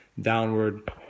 downward